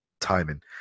timing